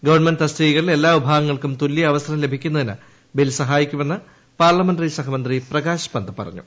government തസ്തികളിൽ എല്ലാ വിഭാഗങ്ങൾക്കും തുല്യ അവസരം ലഭിക്കുന്നതിന് ബില്ല് സഹായിക്കുമെന്ന് പാർലമെന്റി സഹമന്ത്രി പ്രകാശ് പന്ത് പറഞ്ഞു